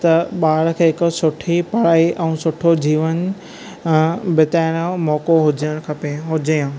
त ॿार खे हिकु सुठी पढ़ाई ऐं सुठो जीवन अ बिताइण जो मौको हुजनि खपे हुजे आ